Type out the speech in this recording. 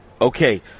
Okay